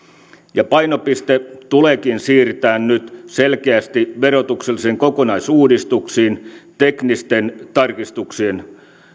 ja painopiste tuleekin siirtää nyt selkeästi verotuksellisiin kokonaisuudistuksiin teknisten tarkistuksien